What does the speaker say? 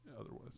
otherwise